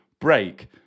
break